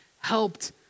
helped